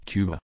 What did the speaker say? Cuba